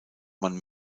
man